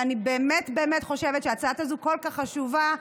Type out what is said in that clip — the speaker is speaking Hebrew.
ואני באמת באמת חושבת שההצעה הזו כל כך חשובה,